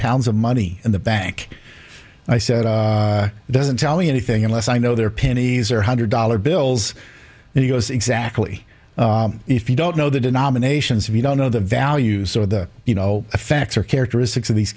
pounds of money in the bank i said doesn't tell me anything unless i know their pennies are hundred dollar bills and he goes exactly if you don't know that in nominations if you don't know the values or the you know effects or characteristics of these